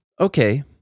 Okay